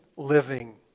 Living